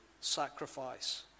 sacrifice